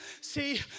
See